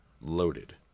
loaded